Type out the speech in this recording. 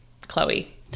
Chloe